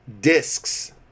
discs